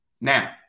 Now